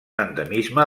endemisme